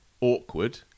awkward